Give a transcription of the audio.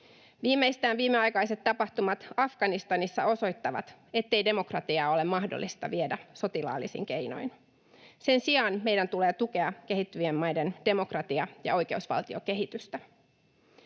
Viimeistään viimeaikaiset tapahtumat Afganistanissa osoittavat, ettei demokratiaa ole mahdollista viedä sotilaallisin keinoin. Sen sijaan meidän tulee tukea kehittyvien maiden demokratia- ja oikeusvaltiokehitystä.